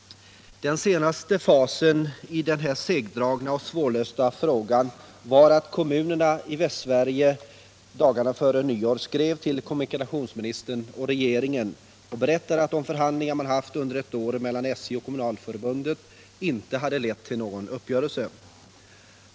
Den senaste fasen i denna segdragna och svårlösta fråga var att kommunerna i Västsverige dagarna före nyår skrev till kommunikationsministern och regeringen och berättade att de förhandlingar man haft under ett år mellan SJ och kommunalförbundet inte hade lett till någon uppgörelse.